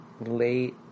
late